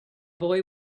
boy